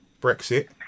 Brexit